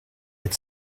had